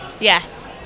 Yes